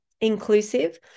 inclusive